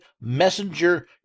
messenger